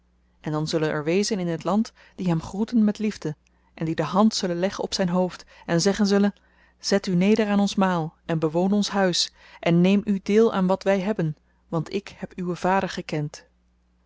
en dan zullen er wezen in het land die hem groeten met liefde en die de hand zullen leggen op zyn hoofd en zeggen zullen zet u neder aan ons maal en bewoon ons huis en neem uw deel aan wat wy hebben want ik heb uwen vader gekend